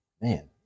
man